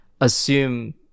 assume